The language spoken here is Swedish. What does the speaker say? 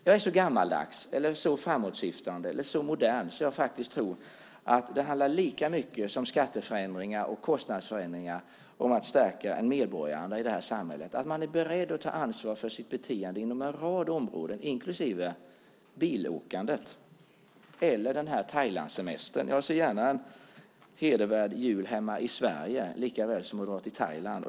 Jag är så gammaldags eller så framåtsyftande eller så modern att jag faktiskt tror att det handlar lika mycket om skatteförändringar och kostnadsförändringar som om att stärka medborgarandan i det här samhället så att man är beredd att ta ansvar för sitt beteende inom en rad områden, inklusive bilåkandet eller Thailandssemestern. Jag ser gärna en hedervärd jul hemma i Sverige likaväl som att åka till Thailand.